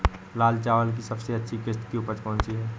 लाल चावल की सबसे अच्छी किश्त की उपज कौन सी है?